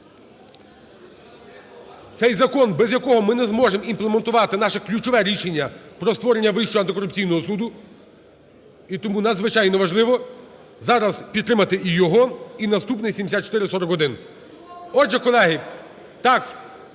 Цей закон, без якого ми не зможемо імплементувати наше ключове рішення про створення Вищого антикорупційного суду, і тому надзвичайно важливо зараз підтримати і його, і наступний 7441. Отже, колеги,